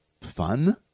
fun